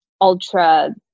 ultra